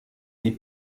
die